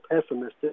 pessimistic